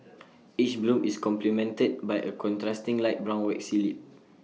each bloom is complemented by A contrasting light brown waxy lip